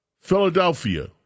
Philadelphia